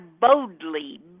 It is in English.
boldly